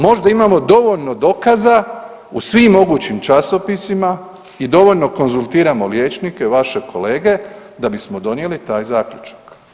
Možda imamo dovoljno dokaza u svim mogućim časopisima i dovoljno konzultiramo liječnike, vaše kolege da bismo donijeli taj zaključak.